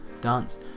dance